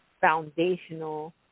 foundational